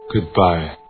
Goodbye